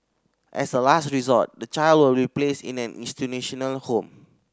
as a last resort the child will replaced in an institutional home